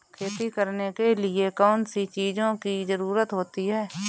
खेती करने के लिए कौनसी चीज़ों की ज़रूरत होती हैं?